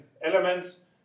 elements